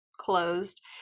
closed